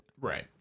Right